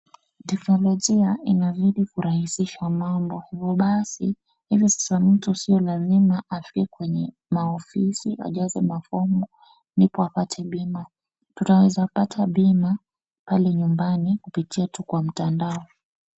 Teknolojia inazidi kurahisisha mambo. Hivo basi hivi sasa mtu sio lazima afike kwenye maofisi ajaze kwenye mafomu ndipo apate bima. Tunaweza pata bima pale nyumbani kupitia tu kwa mtandao.